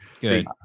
good